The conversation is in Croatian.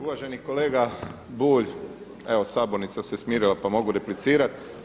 Uvaženi kolega Bulj, evo sabornica se smirila pa mogu replicirati.